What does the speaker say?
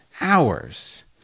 hours